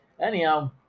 anyhow